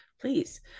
please